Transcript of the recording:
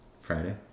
Friday